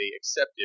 accepted